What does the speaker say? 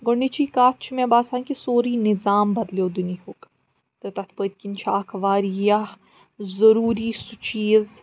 گۄڈٕنِچی کَتھ چھِ مےٚ باسان کہِ سورُے نِظام بَدلیٛو دُنیِاہُک تہٕ تَتھ پٔتۍ کِنۍ چھُ اَکھ واریاہ ضروٗری سُہ چیٖز